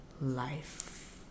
life